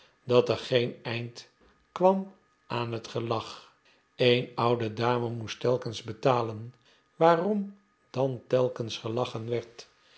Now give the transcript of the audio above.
dat er geen eind kwam aan het gelach een oude dame moest telkens betalen waarom dan telkens gelachen werd